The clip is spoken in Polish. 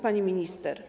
Pani Minister!